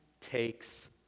takes